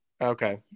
okay